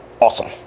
awesome